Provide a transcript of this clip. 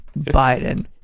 Biden